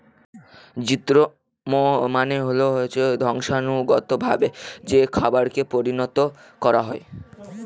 GMO মানে হল বংশানুগতভাবে যে খাবারকে পরিণত করা হয়